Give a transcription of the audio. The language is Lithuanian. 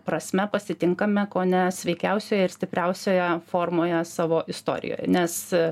prasme pasitinkame kone sveikiausioje stipriausioje formoje savo istorijoj nes